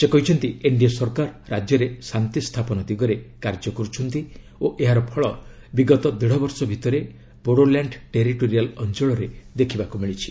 ସେ କହିଛନ୍ତି ଏନ୍ଡିଏ ସରକାର ରାଜ୍ୟରେ ଶାନ୍ତି ସ୍ଥାପନ ଦିଗରେ କାର୍ଯ୍ୟ କରୁଛନ୍ତି ଓ ଏହାର ଫଳ ବିଗତ ଦେଢ଼ବର୍ଷ ଭିତରେ ବୋଡୋଲ୍ୟାଣ୍ଡ ଟେରିଟୋରିଆଲ୍ ଅଞ୍ଚଳରେ ଦେଖିବାକୁ ମିଳିଛି